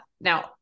Now